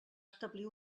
establir